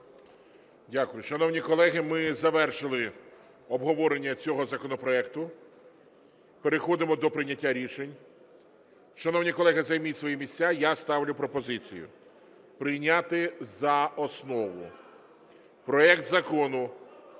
Дякую. Шановні колеги, ми завершили обговорення цього законопроекту. Переходимо до прийняття рішень. Шановні колеги, займіть свої місця. Я ставлю пропозицію прийняти за основу проект Закону